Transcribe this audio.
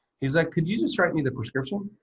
he's like, could you describe me the prescription?